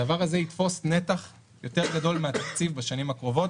הדבר הזה יתפוס נתח יותר גדול מהתקציב בשנים הקרובות.